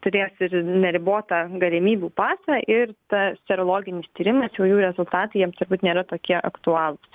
turės ir neribotą galimybių pasą ir tas serologinis tyrimas jau jų rezultatai jiems turbūt nėra tokie aktualūs